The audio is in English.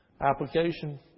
Application